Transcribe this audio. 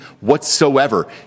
whatsoever